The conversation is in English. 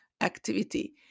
activity